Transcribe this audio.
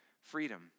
freedom